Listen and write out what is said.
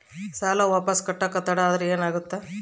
ಸಾಲ ವಾಪಸ್ ಕಟ್ಟಕ ತಡ ಆದ್ರ ಏನಾಗುತ್ತ?